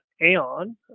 Aon